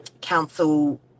council